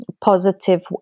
positive